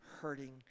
hurting